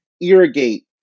irrigate